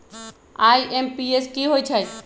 IMPS की होईछइ?